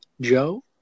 Joe